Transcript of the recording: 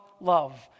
love